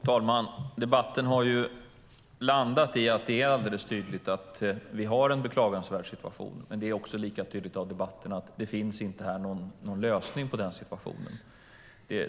Fru talman! Debatten har landat i att det är alldeles tydligt att det råder en beklagansvärd situation. Det är också lika tydligt av debatten att det inte finns någon lösning på situationen.